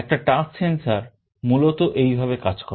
একটা touch sensor মূলত এইভাবে কাজ করে